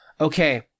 okay